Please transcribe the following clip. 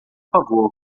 favor